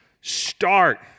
Start